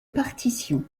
partition